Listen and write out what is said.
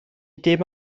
dim